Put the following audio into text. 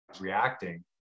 reacting